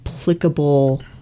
applicable